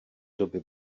doby